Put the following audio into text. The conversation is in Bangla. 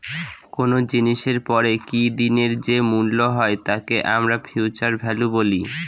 কোনো জিনিসের পরে কি দিনের যে মূল্য হয় তাকে আমরা ফিউচার ভ্যালু বলি